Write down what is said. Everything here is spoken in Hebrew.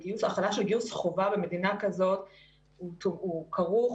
החלה של גיוס חובה במדינה כזאת הוא כרוך